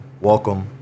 Welcome